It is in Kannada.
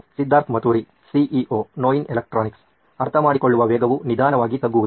ಸಿದ್ಧಾರ್ಥ್ ಮತುರಿ ಸಿಇಒ ನೋಯಿನ್ ಎಲೆಕ್ಟ್ರಾನಿಕ್ಸ್ ಅರ್ಥಮಾಡಿಕೊಳ್ಳುವ ವೇಗವು ನಿಧಾನವಾಗಿ ತಗ್ಗುವುದು